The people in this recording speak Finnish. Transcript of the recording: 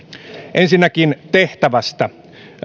ensinnäkin tehtävästä